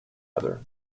other